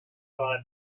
thought